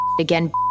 again